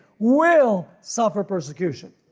will suffer persecution.